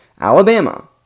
Alabama